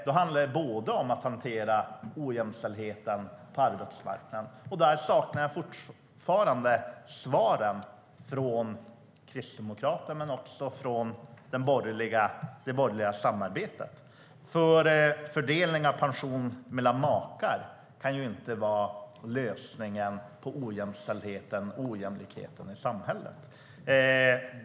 Då handlar det om att hantera ojämställdheten på arbetsmarknaden, och där saknar jag fortfarande svar från Kristdemokraterna men också från det borgerliga samarbetet. Fördelning av pension mellan makar kan inte vara lösningen på ojämställdheten och ojämlikheten i samhället.